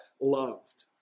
loved